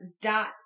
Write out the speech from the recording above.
dot